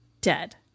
Dead